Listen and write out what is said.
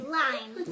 lime